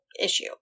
issue